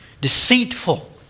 deceitful